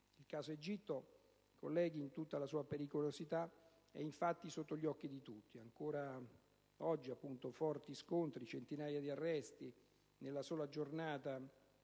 Il caso Egitto, colleghi, in tutta la sua pericolosità, è sotto gli occhi di tutti. Ancora oggi sono forti gli scontri, centinaia gli arresti. Nella sola giornata